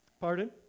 Pardon